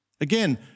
again